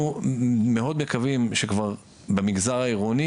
אנחנו מאוד מקווים שכבר במגזר העירוני